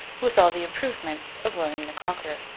with all the improvements of william the conqueror.